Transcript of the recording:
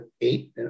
eight